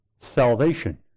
salvation